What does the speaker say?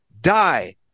die